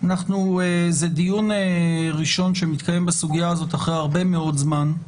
זה דיון ראשון שמתקיים בסוגיה הזאת אחרי הרבה מאוד זמן,